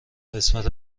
قسمت